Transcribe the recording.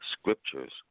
scriptures